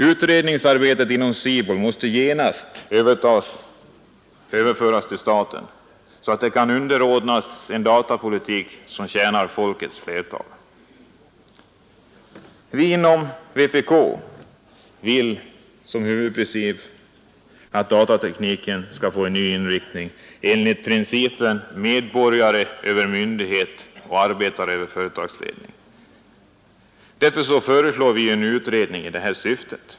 Utredningsarbetet inom SIBOL måste genast överföras till staten, så att det kan underordnas en datapolitik som tjänar folkets flertal. Vi inom vpk vill som huvudprincip att datatekniken skall få en ny inriktning enligt principen ”medborgare över myndighet och arbetare över företagsledning”. Därför föreslår vi en utredning i detta syfte.